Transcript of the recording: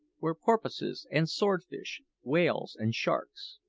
were porpoises and swordfish, whales and sharks.